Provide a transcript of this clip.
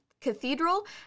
Cathedral